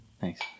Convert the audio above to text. Thanks